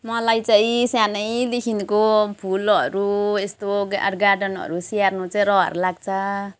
मलाई चाहिँ सानैदेखिको फुलहरू यस्तो गार गार्डनहरू स्याहार्नु चाहिँ रहर लाग्छ